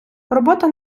робота